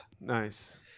Nice